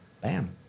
Bam